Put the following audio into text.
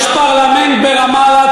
יש פרלמנט ברמאללה,